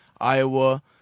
Iowa